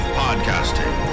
podcasting